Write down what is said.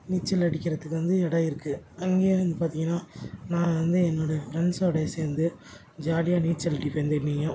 நீச்சல் அடிக்கிறதுக்கு வந்து இடம் இருக்குது அங்கேயே வந்து பார்த்தீங்கன்னா நான் வந்து என்னோடய ஃப்ரெண்ட்ஸோடய சேர்ந்து ஜாலியாக நீச்சல் அடிப்பேன் திணியும்